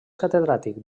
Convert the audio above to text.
catedràtic